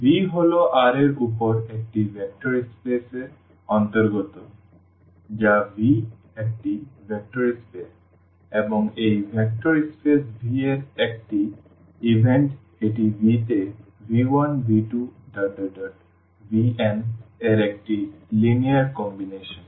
সুতরাং V হল R এর উপর একটি ভেক্টর স্পেস এর অন্তর্গত যা v একটি ভেক্টর স্পেস এবং এই ভেক্টর স্পেস v এর একটি ইভেন্ট এটি V তে v1v2vn এর একটি লিনিয়ার কম্বিনেশন